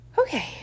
okay